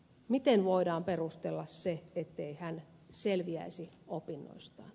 miten voidaan perustella se ettei hän selviäisi opinnoistaan